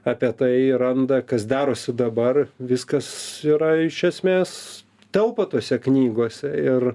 apie tai randa kas darosi dabar viskas yra iš esmės telpa tose knygose ir